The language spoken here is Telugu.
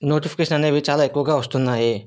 నోటిఫికేషన్ అనేవి చాలా ఎక్కువగా వస్తున్నాయి